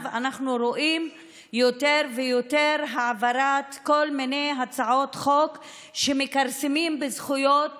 אנחנו רואים יותר ויותר העברה של כל מיני הצעות חוק שמכרסמות בזכויות